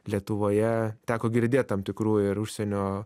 lietuvoje teko girdėt tam tikrųjų ir užsienio